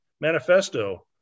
manifesto